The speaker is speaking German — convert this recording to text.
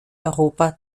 europa